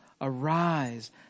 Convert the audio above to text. Arise